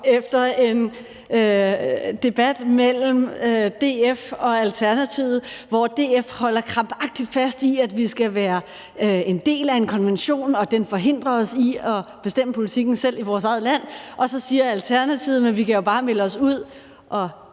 efter en debat mellem DF og Alternativet, hvor DF holder krampagtigt fast i, at vi skal være en del af en konvention, og at den forhindrer os i at bestemme politikken selv i vores eget land, og så siger Alternativet: Men vi kan jo bare melde os ud og